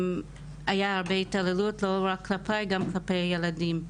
הייתה הרבה התעלוות לא רק כלפיי, גם כלפי הילדים.